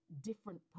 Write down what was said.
different